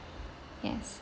yes